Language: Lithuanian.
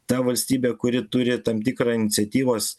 ta valstybė kuri turi tam tikrą iniciatyvos